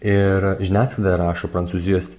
ir žiniasklaida rašo prancūzijos